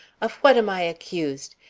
of what am i accused?